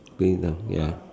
good enough ya